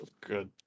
good